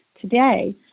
today